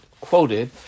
quoted